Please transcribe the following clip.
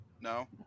No